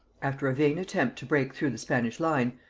after a vain attempt to break through the spanish line,